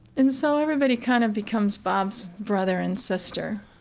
and so everybody kind of becomes bob's brother and sister.